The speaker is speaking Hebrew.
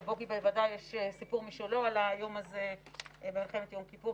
לבוגי בוודאי יש סיפור משלו על היום הזה במלחמת יום כיפור.